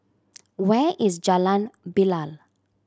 where is Jalan Bilal